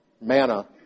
Manna